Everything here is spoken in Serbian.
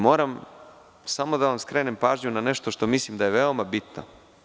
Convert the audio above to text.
Moram samo da vam skrenem pažnju na nešto što mislim da je veoma bitno.